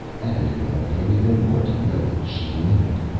and it annoyed him even more to know that she knew it.